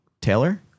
Taylor